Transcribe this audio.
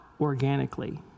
organically